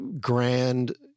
grand